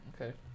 Okay